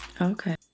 Okay